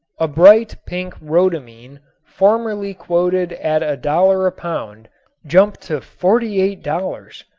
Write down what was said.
a bright pink rhodamine formerly quoted at a dollar a pound jumped to forty eight dollars.